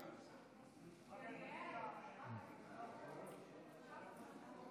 איתן גינזבורג (כחול לבן):